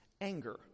anger